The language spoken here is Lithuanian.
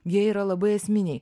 jie yra labai esminiai